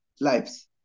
lives